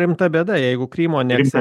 rimta bėda jeigu krymo aneksija